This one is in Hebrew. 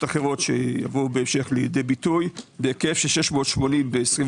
אחרות שיבואו בהמשך לידי ביטוי בהיקף של 680 ב-23'.